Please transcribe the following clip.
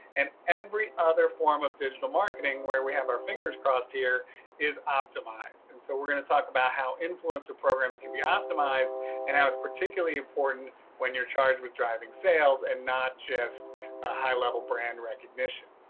and every other form of digital marketing, where we have our fingers crossed here. jim tobin is optimized. and so we're going to talk about how influencer programs can be optimized and now it's particularly important when you're charged with driving sales and not just a high level brand recognition.